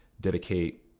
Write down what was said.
dedicate